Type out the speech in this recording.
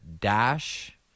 dash